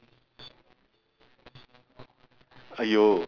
!aiyo!